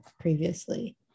previously